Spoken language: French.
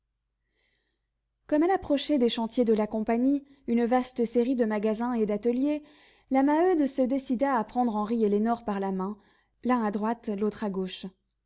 comme elle approchait des chantiers de la compagnie une vaste série de magasins et d'ateliers la maheude se décida à prendre henri et lénore par la main l'un à droite l'autre à gauche